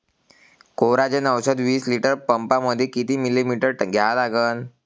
Coragen औषध विस litre पंपामंदी किती मिलीमिटर घ्या लागन?